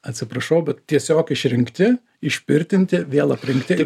atsiprašau bet tiesiog išrengti išpirtinti vėl aprengti